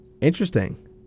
Interesting